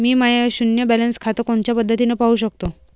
मी माय शुन्य बॅलन्स खातं कोनच्या पद्धतीनं पाहू शकतो?